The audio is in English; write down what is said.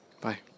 Bye